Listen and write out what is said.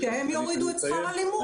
כשאני אסיים --- שהם יורידו את שכר הלימוד.